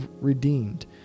redeemed